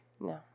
No